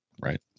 Right